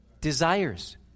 desires